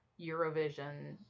Eurovision